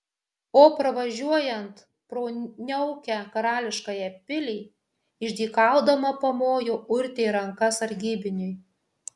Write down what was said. o pravažiuojant pro niaukią karališkąją pilį išdykaudama pamojo urtė ranka sargybiniui